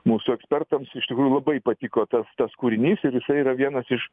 mūsų ekspertams iš tikrųjų labai patiko tas tas kūrinys ir jisai yra vienas iš